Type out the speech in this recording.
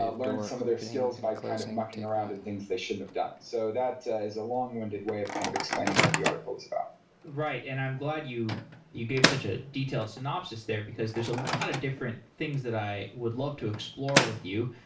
ah learned some of their skills by kind of mucking around in things they shouldn't have done. so that is a long-winded way of kind of explaining what the article is about right and i'm glad you you gave such a detailed synopsis there, because there's a lot of different things that i would love to explore with you.